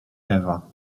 ewa